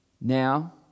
Now